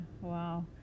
wow